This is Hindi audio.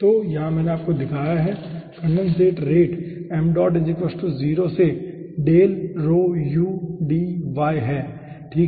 तो यहाँ मैंने आपको दिखाया है कि कन्डेंसेट रेट से है ठीक है